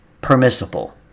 permissible